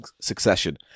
succession